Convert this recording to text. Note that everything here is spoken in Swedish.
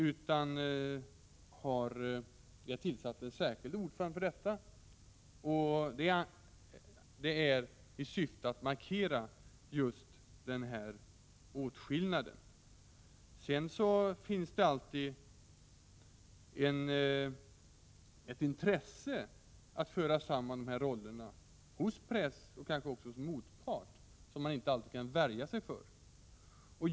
Vi har tillsatt en särskild ordförande för detta i syfte att markera just den här åtskillnaden. Sedan finns det alltid hos press och kanske också hos motpart ett intresse av att föra samman de här rollerna, och detta kan man inte alltid värja sig mot.